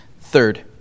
Third